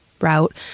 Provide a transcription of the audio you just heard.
route